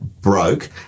broke